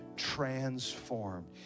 transformed